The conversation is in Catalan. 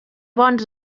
bons